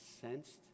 sensed